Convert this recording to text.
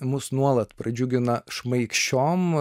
mus nuolat pradžiugina šmaikščiom